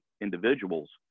individuals